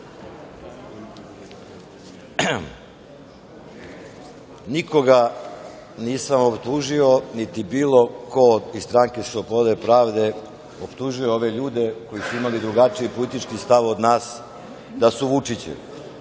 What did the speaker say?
Nikoga nisam optužio, niti bilo ko iz Stranke slobode i pravde optužio ove ljude koji su imali drugačiji politički stav od nas da su Vučićevi.